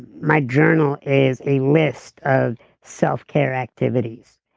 my journal is a list of self-care activities.